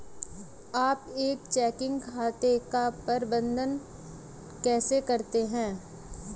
आप एक चेकिंग खाते का प्रबंधन कैसे करते हैं?